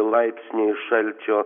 laipsniai šalčio